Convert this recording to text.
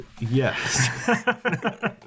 Yes